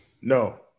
No